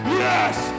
yes